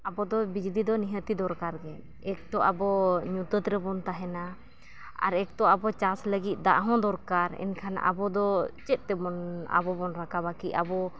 ᱟᱵᱚᱫᱚ ᱵᱤᱡᱽᱞᱤᱫᱚ ᱱᱤᱦᱟᱹᱛᱤ ᱫᱚᱨᱠᱟᱨᱜᱮ ᱮᱹᱠᱛᱚ ᱟᱵᱚ ᱧᱩᱛᱟᱹᱛ ᱨᱮᱵᱚᱱ ᱛᱟᱦᱮᱱᱟ ᱟᱨ ᱮᱹᱠᱛᱚ ᱟᱵᱚ ᱪᱟᱥ ᱞᱟᱹᱜᱤᱫ ᱫᱟᱜᱦᱚᱸ ᱫᱚᱨᱠᱟᱨ ᱮᱱᱠᱷᱟᱱ ᱟᱵᱚᱫᱚ ᱪᱮᱫ ᱛᱮᱵᱚᱱ ᱟᱵᱚ ᱵᱚᱱ ᱨᱟᱠᱟᱵᱟᱠᱤ ᱟᱵᱚ